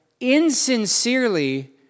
insincerely